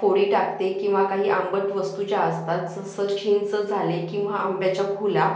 फोडी टाकते किंवा काही आंबट वस्तू ज्या असतात जसं चिंच झाले किंवा आंब्याच्या हुला